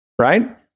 right